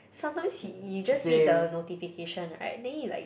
sometimes you you just read the notification right then you like